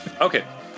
Okay